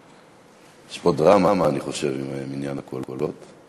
יש פה דרמה, אני חושב, עם מניין הקולות.